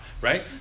right